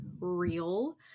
real